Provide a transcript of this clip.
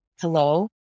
hello